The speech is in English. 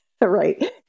right